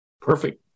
Perfect